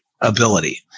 ability